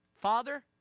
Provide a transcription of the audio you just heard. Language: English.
Father